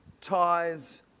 tithes